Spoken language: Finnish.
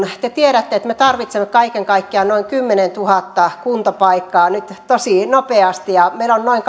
te tiedätte että me tarvitsemme kaiken kaikkiaan noin kymmenentuhatta kuntapaikkaa nyt tosi nopeasti meillä on noin